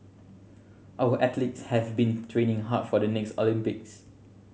our athletes have been training hard for the next Olympics